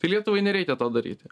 tai lietuvai nereikia to daryti